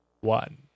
One